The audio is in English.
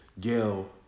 Gail